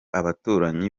abaturanyi